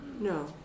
No